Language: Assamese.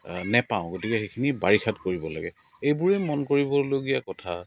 নেপাওঁ গতিকে সেইখিনি বাৰিষাত কৰিব লাগে এইবোৰেই মন কৰিবলগীয়া কথা